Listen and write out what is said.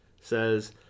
says